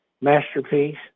masterpiece